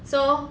so